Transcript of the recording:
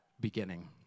beginning